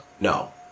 No